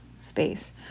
Space